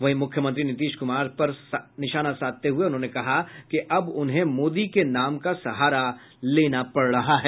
वहीं मुख्यमंत्री नीतीश कुमार पर निशाना साधते हुये उन्होंने कहा कि अब उन्हें मोदी के नाम का सहारा लेना पड़ रहा है